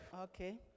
Okay